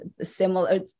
similar